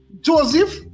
Joseph